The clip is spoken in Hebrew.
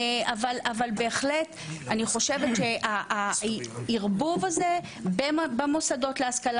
אבל בהחלט אני חושבת שהערבוב הזה במוסדות להשכלה